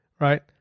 right